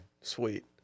Sweet